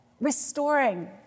restoring